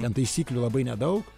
ten taisyklių labai nedaug